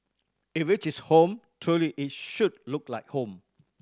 if it is home truly it should look like home